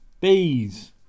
bees